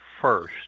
first